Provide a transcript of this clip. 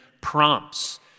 prompts